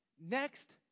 next